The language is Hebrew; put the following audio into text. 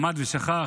למד ושכח,